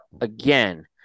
again